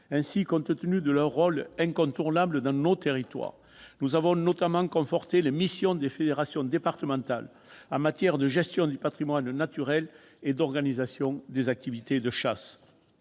Ainsi, compte tenu de leur rôle incontournable dans nos territoires, nous avons notamment conforté les missions des fédérations départementales en matière de gestion du patrimoine naturel et d'organisation des activités de chasse.